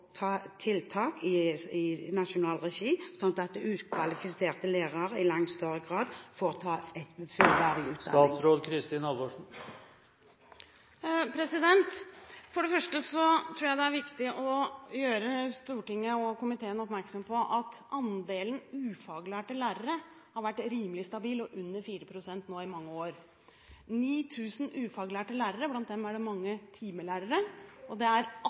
tiltak i nasjonal regi sånn at ukvalifiserte lærere i langt større grad får ta fullverdig utdanning? For det første tror jeg det er viktig å gjøre Stortinget og komiteen oppmerksom på at andelen ufaglærte lærere har vært rimelig stabil og under 4 pst. i mange år. Det er 9 000 ufaglærte lærere – blant dem er det mange timelærere – og 1 800 årsverk vi snakker om. Det er altså ikke sånn at